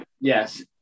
Yes